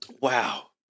Wow